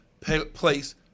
place